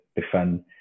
defend